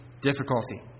difficulty